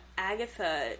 Agatha